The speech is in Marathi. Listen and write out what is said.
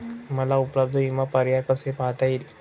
मला उपलब्ध विमा पर्याय कसे पाहता येतील?